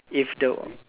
if the